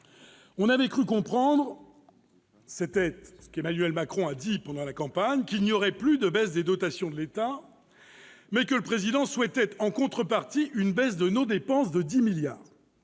On avait cru comprendre, d'après ce qu'avait dit Emmanuel Macron au cours de la campagne, qu'il n'y aurait plus de baisses des dotations de l'État, le Président souhaitant en contrepartie une baisse de nos dépenses de 10 milliards